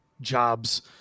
jobs